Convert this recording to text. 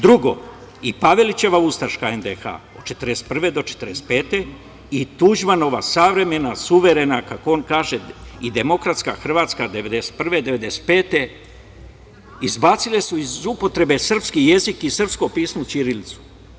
Drugo, i Pavelićeva ustaška NDH od 1941. do 1945. godine i Tuđmanova savremena, suverena, kako on kaže, i demokratska Hrvatska od 1991. do 1995. godine izbacile su iz upotrebe srpski jezik i srpsko pismo – ćirilicu.